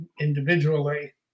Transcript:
individually